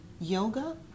yoga